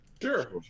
Sure